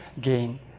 Gain